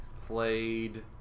Played